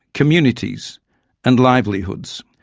communities and livelihoods.